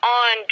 on